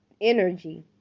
energy